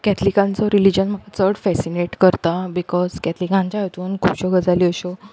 कॅथलिकांचो religion म्हाका चड fascinate करता बिकॉज कॅथलिकांच्या हितून खुबश्यो गजाली अश्यो